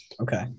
Okay